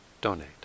donate